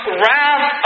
wrath